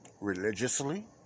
religiously